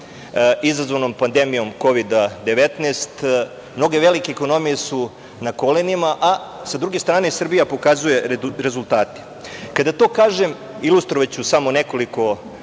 izazvanom pandemijom Kovid-19, mnoge velike ekonomije su na kolenima, a sa druge strane Srbija pokazuje rezultate. Kada to kažem ilustrovaću samo nekoliko